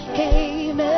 came